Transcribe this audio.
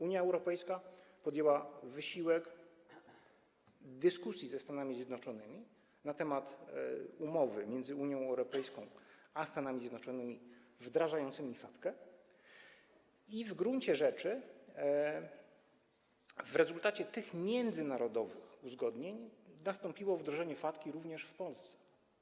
Unia Europejska podjęła wysiłek dyskusji ze Stanami Zjednoczonymi na temat umowy między Unią Europejską a Stanami Zjednoczonymi wdrażającymi FACTA i w gruncie rzeczy w rezultacie tych międzynarodowych uzgodnień nastąpiło wdrożenie FACTA również w Polsce.